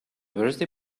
birthday